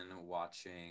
watching